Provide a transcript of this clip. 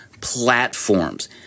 platforms